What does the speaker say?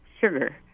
sugar